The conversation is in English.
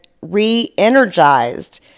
re-energized